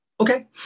Okay